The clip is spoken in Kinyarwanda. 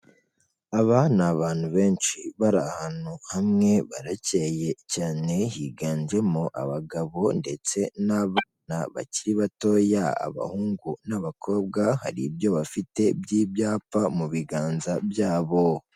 Aba ni abantu benshi, bari ahantu hamwe, baracyeye cyane, higanjemo abagabo ndetse n'abana bakiri batoya, abahungu n'abakobwa hari ibyo bafite by'ibyapa mu biganza byabo.